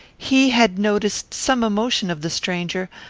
he had noticed some emotion of the stranger,